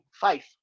Five